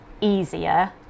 easier